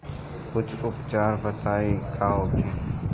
कुछ उपचार बताई का होखे?